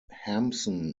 hampson